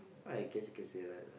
well I guess you can say that lah